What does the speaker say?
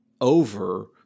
over